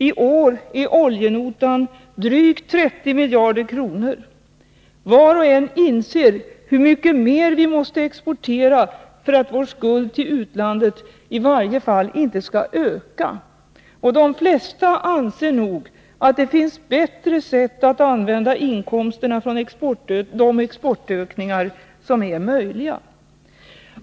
I år är oljenotan drygt 30 miljarder kronor. Var och en inser hur mycket mer vi måste exportera för att vår skuld till utlandet i varje fall inte skall öka. De flesta anser nog att det finns bättre sätt att använda inkomster från de exportökningar som är möjliga.